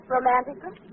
Romantically